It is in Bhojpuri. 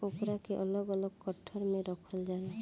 ओकरा के अलग अलग गट्ठर मे रखल जाला